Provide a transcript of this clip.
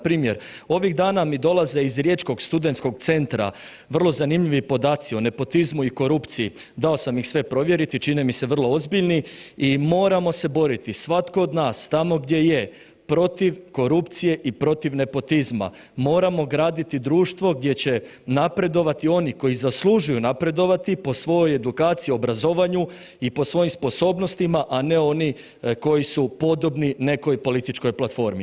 Npr. ovih dana mi dolaze iz riječkog Studentskog centra vrlo zanimljivi podaci o nepotizmu i korupciji, dao sam ih sve provjeriti, čine mi se vrlo ozbiljni i moramo se boriti, svatko od nas tamo gdje je protiv korupcije i protiv nepotizma, moramo graditi društvo gdje će napredovati oni koji zaslužuju napredovati po svojoj edukaciji i obrazovanju i po svojim sposobnostima, a ne oni koji su podobni nekoj političkoj platformi.